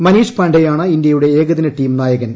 മനീഷ് പാണ്ഡെയാണ് ഇന്ത്യുടെ ഏകദിന ടീം നായകൻ